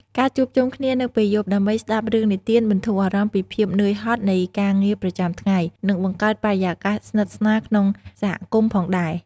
ការជួបជុំគ្នានៅពេលយប់ ដើម្បីស្ដាប់រឿងនិទានបន្ធូរអារម្មណ៍ពីភាពនឿយហត់នៃការងារប្រចាំថ្ងៃ និងបង្កើតបរិយាកាសស្និទ្ធស្នាលក្នុងសហគមន៍ផងដែរ ។